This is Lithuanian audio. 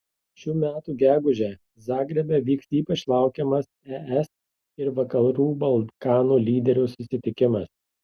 šių metų gegužę zagrebe vyks ypač laukiamas es ir vakarų balkanų lyderių susitikimas